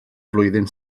flwyddyn